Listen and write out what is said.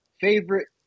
favorite